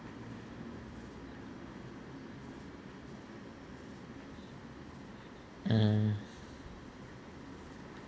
mm